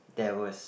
there was